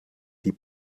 die